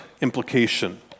implication